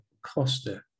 Costa